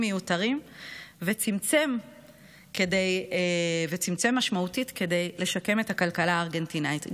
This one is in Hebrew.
מיותרים וצמצם משמעותית כדי לשקם את הכלכלה הארגנטינאית.